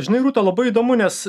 žinai rūta labai įdomu nes